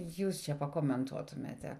jūs čia pakomentuotumėte